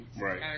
Right